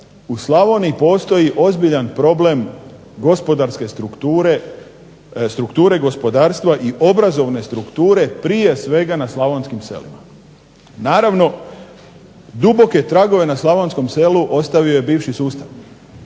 u Slavoniji postoji ozbiljan problem gospodarske strukture, strukture gospodarstva i obrazovne strukture prije svega na slavonskim selima. Naravno duboke tragove na slavonskom selu ostavio je bivši sustav.